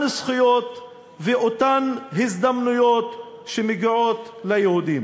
זכויות ואותן הזדמנויות שמגיעות ליהודים.